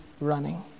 running